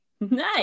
Nice